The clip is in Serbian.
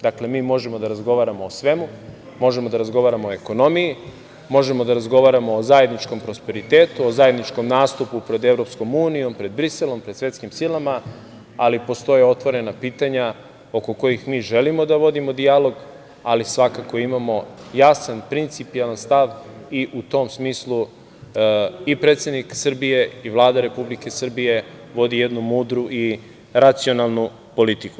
Dakle, mi možemo da razgovaramo o svemu, možemo da razgovaramo o ekonomiju, možemo da razgovaramo o zajedničkom prosperitetu, o zajedničkom nastupu pred Evropskom unijom, pred Briselom, pred svetskim silama, ali postoje otvorena pitanja oko kojih mi želimo da vodimo dijalog, ali svakako imamo jasan principijelan stav i u tom smislu i predsednik Srbije i Vlada Republike Srbije vodi jednu mudru i racionalnu politiku.